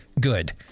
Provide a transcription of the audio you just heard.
good